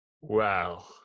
Wow